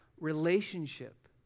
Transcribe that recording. relationship